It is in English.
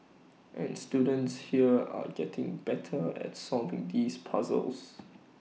and students here are getting better at solving these puzzles